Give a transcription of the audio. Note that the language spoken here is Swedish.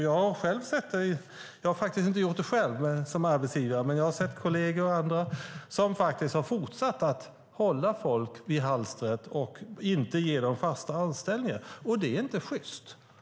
Jag har faktiskt inte gjort det själv som arbetsgivare, men jag har sett kolleger och andra som har fortsatt att hålla folk vid halster och inte ge dem fasta anställningar, och det är inte sjyst.